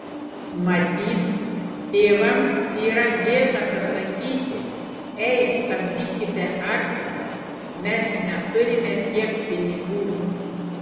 matyt tėvams yra gėda pasakyti ei stabdykite arklius mes neturime tiek pinigų